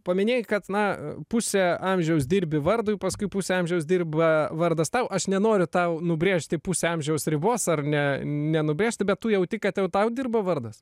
paminėjai kad na pusę amžiaus dirbi vardui paskui pusę amžiaus dirba vardas tau aš nenoriu tau nubrėžti pusę amžiaus ribos ar ne nenubrėžti bet tu jauti kad jau tau dirba vardas